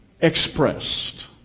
expressed